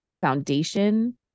foundation